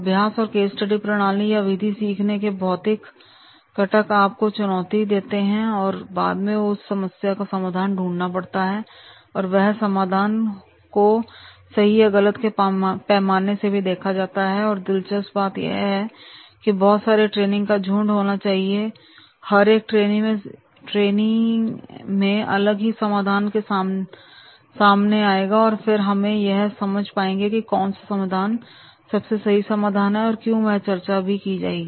अभ्यास और case study प्रणाली या विधि सीखने वाले के भौतिक और कटक आप को चुनौती देते हैं उसके बाद उसे उस समस्या का समाधान ढूंढना पड़ता है और वह समाधान को सही या गलत के पैमाने से भी देखा जाता है और अब दिलचस्प बात यह है कि बहुत सारे ट्रेनिंग का झुंड होगा इसलिए हर एक ट्रेनी एक अलग ही समाधान के साथ सामने आएगा और फिर हम यहां यह समझ पाएंगे कि कौन सा समाधान सबसे सही समाधान है और क्यों यह चर्चा भी की जाएगी